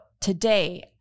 today